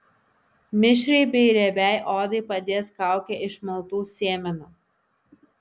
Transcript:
mišriai bei riebiai odai padės kaukė iš maltų sėmenų